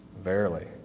Verily